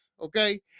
Okay